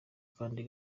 kandi